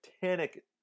Titanic